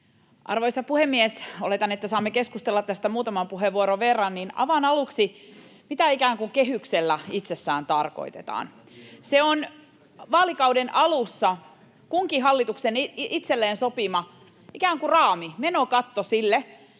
Arvoisa puhemies! Koska oletan, että saamme keskustella tästä muutaman puheenvuoron verran, niin avaan aluksi, mitä ikään kuin kehyksellä itsessään tarkoitetaan. Se on vaalikauden alussa kunkin hallituksen itselleen sopima ikään kuin raami, menokatto sille,